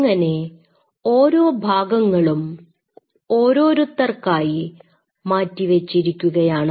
അങ്ങനെ ഓരോ ഭാഗങ്ങളും ഓരോരുത്തർക്കായി മാറ്റിവെച്ചിരിക്കുകയാണ്